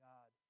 God